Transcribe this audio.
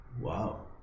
Wow